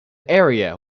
area